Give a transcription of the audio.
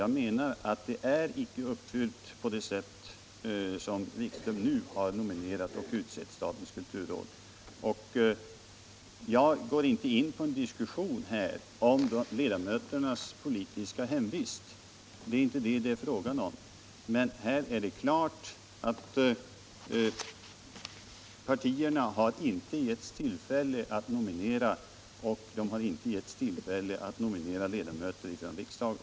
Jag menar att så som utbildningsminister Wikström nu utsett ledamöter i statens kulturråd har riksdagens uttalande inte beaktats. Jag vill här inte gå in på en diskussion om ledamöternas politiska hemvist, eftersom det inte är detta det är fråga om. Det står klart att partierna inte har getts tillfälle att nominera ledamöter från riksdagen.